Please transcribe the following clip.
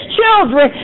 children